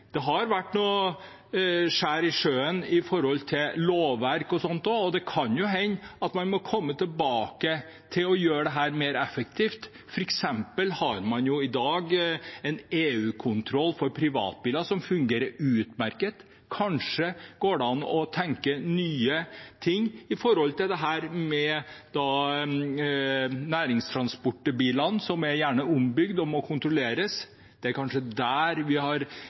har vært noen skjær i sjøen når det gjelder lovverk og slikt også, og det kan hende at man må komme tilbake til å gjøre dette mer effektivt. For eksempel har man i dag en EU-kontroll for privatbiler som fungerer utmerket. Kanskje går det an å tenke nye ting når det gjelder dette med næringstransportbilene, som gjerne er ombygget og må kontrolleres. Det er kanskje der vi har